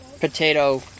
potato